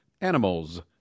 animals